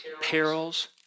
perils